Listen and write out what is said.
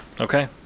okay